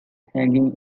hanging